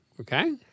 Okay